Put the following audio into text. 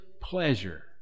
pleasure